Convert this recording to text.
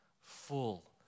full